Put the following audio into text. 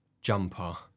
jumper